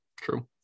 True